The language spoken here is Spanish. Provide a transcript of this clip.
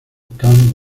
kang